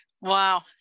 wow